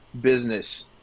business